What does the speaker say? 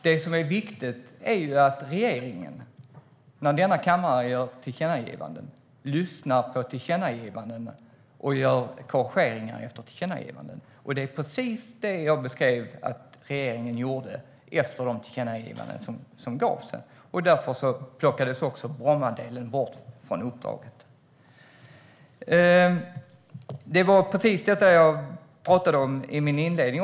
Det som är viktigt är att regeringen när denna kammare gör tillkännagivanden lyssnar på dem och gör korrigeringar. Det är precis det jag beskrev att regeringen gjorde efter de tillkännagivanden som gjorts. Därför plockades också Brommadelen bort från uppdraget. Det var just detta jag talade om även i min inledning.